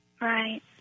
Right